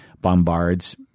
bombards